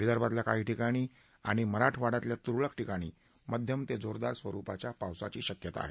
विदर्भातल्या काही ठिकाणी आणि मराठवाङ्यातल्या तुरळक ठिकाणी मध्यम ते जोरदार स्वरुपाच्या पावसाची शक्यता आहे